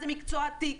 זה מקצוע עתיק,